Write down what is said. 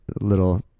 little